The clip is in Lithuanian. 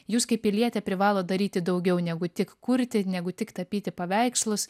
jūs kaip pilietė privalot daryti daugiau negu tik kurti negu tik tapyti paveikslus